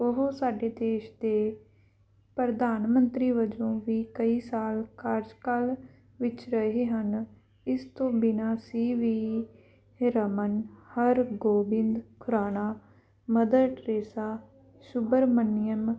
ਉਹ ਸਾਡੇ ਦੇਸ਼ ਦੇ ਪ੍ਰਧਾਨ ਮੰਤਰੀ ਵਜੋਂ ਵੀ ਕਈ ਸਾਲ ਕਾਰਜਕਾਲ ਵਿੱਚ ਰਹੇ ਹਨ ਇਸ ਤੋਂ ਬਿਨਾ ਸੀ ਵੀ ਰਮਨ ਹਰਗੋਬਿੰਦ ਖੁਰਾਣਾ ਮਦਰ ਟਰੀਸਾ ਸੁਬਰ ਮੰਨੀਅਮ